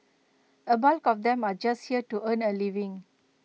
A bulk of them are just here to earn A living